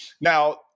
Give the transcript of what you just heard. now